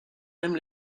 même